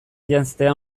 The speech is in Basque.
janztea